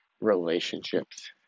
relationships